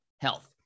health